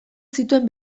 zituen